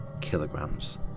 kilograms